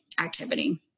activity